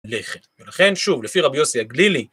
לכן, ולכן, שוב, לפי רבי יוסי הגלילי